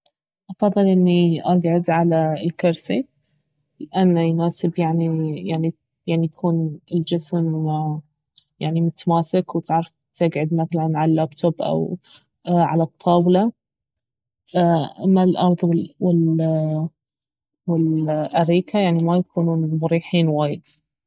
افضل اني اقعد على الكرسي لانه يناسب يعني يعني يعني يكون الجسم يعني متماسك وتعرف تقعد مثلا على اللابتوب او على الطاولة اما الأرض وال وال- الاريكة يعني ما يكونون مريحين وايد